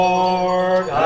Lord